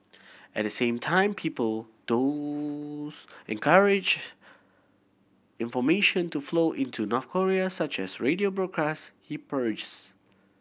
at the same time people those encourage information to flow into North Korea such as radio broadcasts he parries